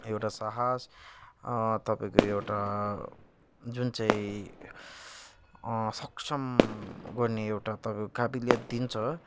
एउटा साहस तपाईँको एउटा जुन चाहिँ सक्षम गर्ने एउटा तपाईँको काबिलियत दिन्छ